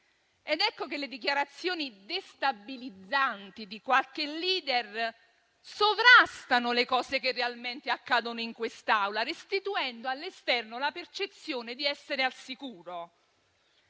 Ed ecco che le dichiarazioni destabilizzanti di qualche *leader* sovrastano le cose che realmente accadono in quest'Aula, restituendo all'esterno la percezione di essere al sicuro.